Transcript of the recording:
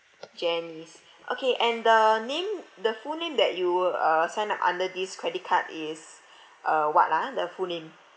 janice okay and the name the full name that you were uh sign up under this credit card is uh what ah the full name